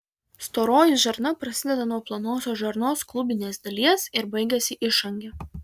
storoji žarna prasideda nuo plonosios žarnos klubinės dalies ir baigiasi išange